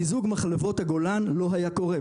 מיזוג מחלבות הגולן לא היה קורה.